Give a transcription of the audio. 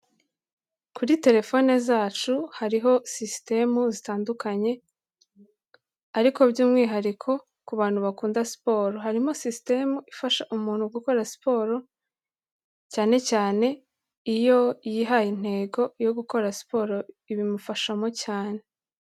Kuri telefone zacu hariho sisitemu zitandukanye ariko by'umwihariko ku bantu bakunda siporo, harimo sisitemu ifasha umuntu gukora siporo cyane cyane iyo yihaye intego yo gukora siporo ibimufashamo cyane.